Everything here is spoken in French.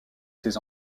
ses